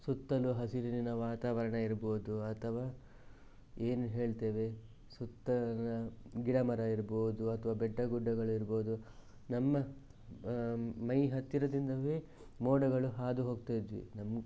ಸುತ್ತಲೂ ಹಸಿರಿನ ವಾತಾವರಣ ಇರ್ಬೋದು ಅಥವಾ ಏನು ಹೇಳ್ತೇವೆ ಸುತ್ತಲಿನ ಗಿಡ ಮರ ಇರ್ಬೋದು ಅಥವಾ ಬೆಟ್ಟ ಗುಡ್ಡಗಳಿರ್ಬೋದು ನಮ್ಮ ಮೈ ಹತ್ತಿರದಿಂದಲೇ ಮೋಡಗಳು ಹಾದು ಹೋಗ್ತಾ ಇದ್ವಿ ನಮ್ಮ